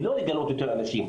היא לא לגלות יותר אנשים.